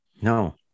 no